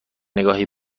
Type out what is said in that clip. نگاهی